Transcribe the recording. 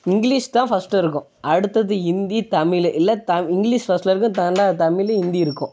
English தான் first இருக்கும் அடுத்தது ஹிந்தி தமிழ் இல்லை த இங்கிலிஷ் ஃபஸ்ட்ல இருக்கும் ரெண்டாவது தமிழ் ஹிந்தி இருக்கும்